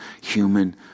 human